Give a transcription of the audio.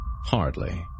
Hardly